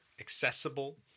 accessible